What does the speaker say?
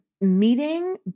meeting